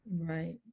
Right